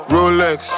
Rolex